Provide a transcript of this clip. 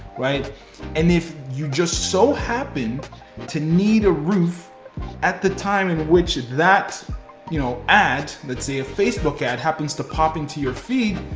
and if you just so happen to need a roof at the time in which that you know ad, let's say a facebook ad, happens to pop into your feed,